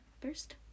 first